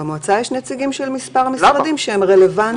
במועצה יש נציגים של מספר משרדים שרלוונטיים.